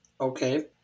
Okay